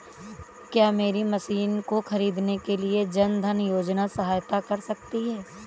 क्या मेरी मशीन को ख़रीदने के लिए जन धन योजना सहायता कर सकती है?